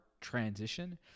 transition